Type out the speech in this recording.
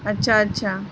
اچھا اچھا